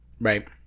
Right